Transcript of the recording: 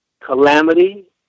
calamity